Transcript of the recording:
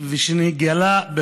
ואני מבקש לא להפריע לי.